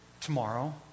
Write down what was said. Tomorrow